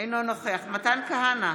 אינו נוכח מתן כהנא,